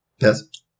Yes